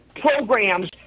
programs